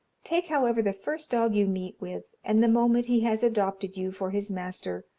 take, however, the first dog you meet with, and the moment he has adopted you for his master,